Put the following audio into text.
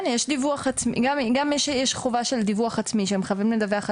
גם יש חובה של דיווח עצמי שהם חייבים לדווח על